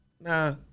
Nah